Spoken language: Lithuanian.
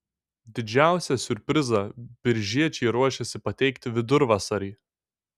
didžiausią siurprizą biržiečiai ruošiasi pateikti vidurvasarį